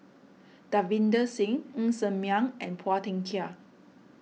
Davinder Singh Ng Ser Miang and Phua Thin Kiay